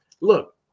look